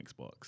Xbox